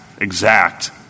exact